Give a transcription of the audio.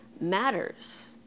matters